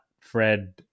Fred